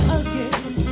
again